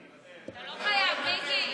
אתה לא חייב, מיקי.